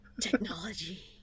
technology